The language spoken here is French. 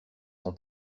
son